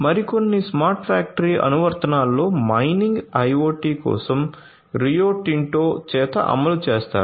మరికొన్ని smart factory అనువర్తనాలలో mining IoT కోసం రియో టింటో చేత అమలు చేస్తారు